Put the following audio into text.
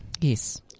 Yes